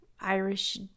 Irish